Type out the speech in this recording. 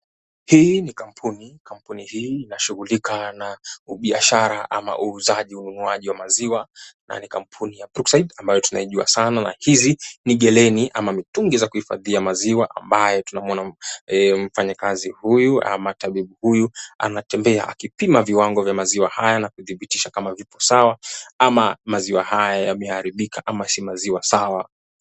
Hii ni kampuni. Kampuni hii inashughulika na ubiashara ama uuzaji, ununuaji wa maziwa, na ni kampuni ya, Brookside, ambayo tunaijua sana. Na hizi ni geleni ama mitungi za kuhifadhia maziwa, ambaye tunamuona mfanyakazi huyu ama tabibu huyu anatembea akipima viwango vya maziwa haya na kudhibitisha kama vipo sawa ama maziwa haya yameharibika ama si maziwa sawa.